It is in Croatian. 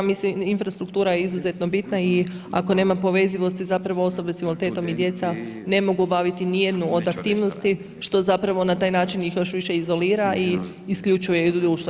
Mislim infrastruktura je izuzetno bitna i ako nema povezivosti zapravo osobe sa invaliditetom i djeca ne mogu obaviti niti jednu od aktivnosti što zapravo na taj način ih još više izolira i isključuje iz društva.